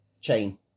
chain